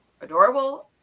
adorable